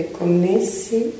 connessi